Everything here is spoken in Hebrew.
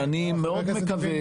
ואני מאוד מקווה,